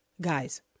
Guys